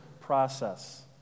process